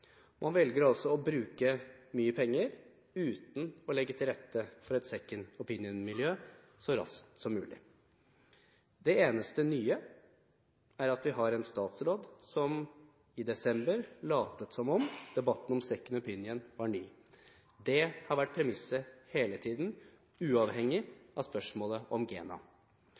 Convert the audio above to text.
Man velger altså å bruke mye penger uten å legge til rette for et «second opinion»-miljø så raskt som mulig. Det eneste nye er at vi har en statsråd som i desember lot som om debatten om «second opinion» var ny. Det har vært premisset hele tiden, uavhengig av spørsmålet om GENA.